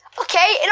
Okay